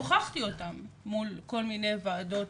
הוכחתי אותם מול כל מיני וועדות,